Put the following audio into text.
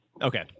Okay